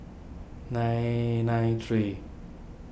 nine nine three